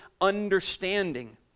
understanding